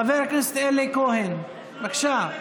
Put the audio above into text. חבר הכנסת אלי כהן, בבקשה.